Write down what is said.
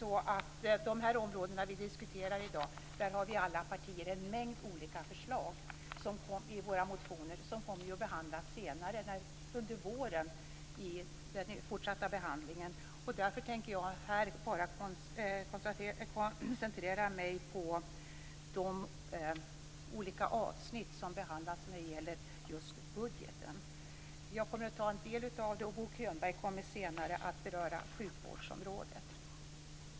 På de områden som vi diskuterar i dag har vi alla partier naturligtvis en mängd olika förslag i våra motioner som kommer att behandlas senare under våren i den fortsatta behandlingen. Därför tänker jag här bara koncentrera mig på de olika avsnitt som behandlas när det gäller just budgeten. Jag kommer att ta upp en del av dem, och Bo Könberg kommer senare att beröra sjukvårdsområdet.